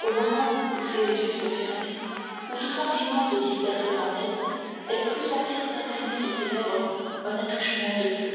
au moment où ses yeux se fermaient où tout sentiment se dispersait en elle elle crut sentir s'imprimer sur ses lèvres un attouchement de feu